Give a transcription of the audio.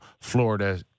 Florida